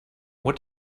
what